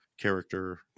character